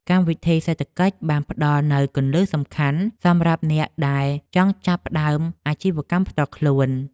កម្មវិធីសេដ្ឋកិច្ចបានផ្តល់នូវគន្លឹះសំខាន់ៗសម្រាប់អ្នកដែលចង់ចាប់ផ្តើមអាជីវកម្មផ្ទាល់ខ្លួន។